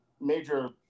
major